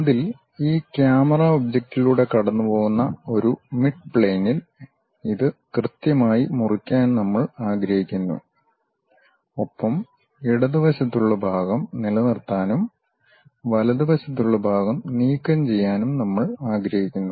അതിൽ ഈ ക്യാമറ ഒബ്ജക്റ്റിലൂടെ കടന്നുപോകുന്ന ഒരു മിഡ്പ്ലെയിനിൽ ഇത് കൃത്യമായി മുറിക്കാൻ നമ്മൾ ആഗ്രഹിക്കുന്നു ഒപ്പം ഇടതുവശത്തുള്ള ഭാഗം നിലനിർത്താനും വലതുവശത്തുള്ള ഭാഗം നീക്കം ചെയ്യാനും നമ്മൾ ആഗ്രഹിക്കുന്നു